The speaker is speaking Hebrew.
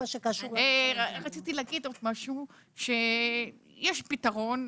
רציתי להגיד שיש פתרון.